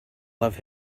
love